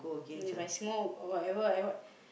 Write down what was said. and if I smoke or whatever I what